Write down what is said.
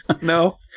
No